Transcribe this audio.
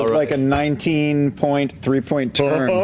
like a nineteen point three-point turn.